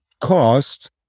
cost